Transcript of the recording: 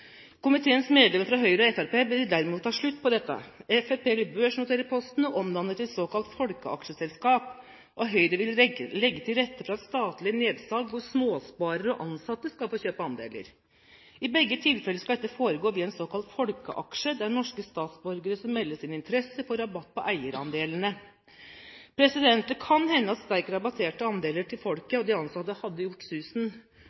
Komiteens medlemmer fra Høyre og Fremskrittspartiet vil derimot ha slutt på dette. Fremskrittspartiet vil børsnotere Posten og omdanne det til et såkalt folkeaksjeselskap, og Høyre vil legge til rette for et statlig nedsalg hvor småsparere og ansatte skal få kjøpe andeler. I begge tilfeller skal dette foregå via en såkalt folkeaksje, der norske statsborgere som melder sin interesse, får rabatt på eierandelene. Det kan hende at sterkt rabatterte andeler til folket og de ansatte hadde gjort susen,